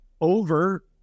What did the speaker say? over